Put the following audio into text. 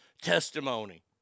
testimony